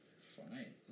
fine